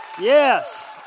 Yes